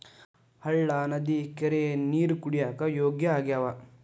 ಹಳ್ಳಾ ನದಿ ಕೆರಿ ನೇರ ಕುಡಿಯಾಕ ಯೋಗ್ಯ ಆಗ್ಯಾವ